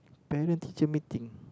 parent teacher meeting